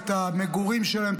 את המגורים שלהם,